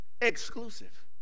exclusive